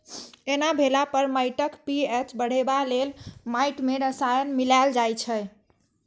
एना भेला पर माटिक पी.एच बढ़ेबा लेल माटि मे रसायन मिलाएल जाइ छै